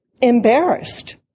embarrassed